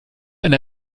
eine